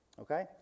okay